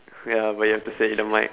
ya but you have to say it in the mike